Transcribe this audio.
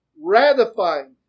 ratifying